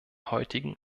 heutigen